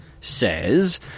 says